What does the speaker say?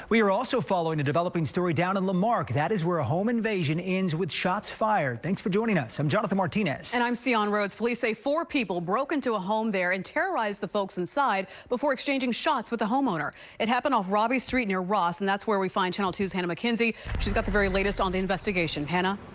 we're also following a developing story down in the market that is where a home invasion ends with shots fired thanks for joining us. i'm jonathan martinez and i'm syan rhodes police say four people broke into a home there and terrorize the folks inside before exchanging shots with the homeowner. it happened on robbie street near ross and that's where we find channel two's hannah mackenzie she's got the very latest on the investigation pena.